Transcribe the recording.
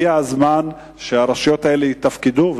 הגיע הזמן שהרשויות האלה יתפקדו,